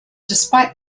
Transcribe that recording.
despite